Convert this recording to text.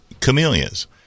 camellias